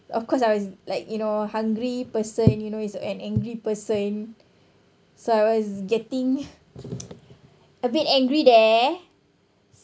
of course I was like you know hungry person you know is an angry person so I was getting a bit angry there